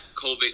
COVID